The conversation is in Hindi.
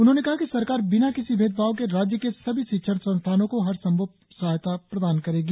उन्होंने कहा कि सरकार बिना किसी भेदभाव के राज्य के सभी शिक्षण संस्थानों को हर संभव सहायता प्रदान करेगी